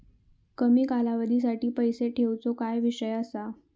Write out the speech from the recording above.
कमी कालावधीसाठी पैसे ठेऊचो काय विषय असा?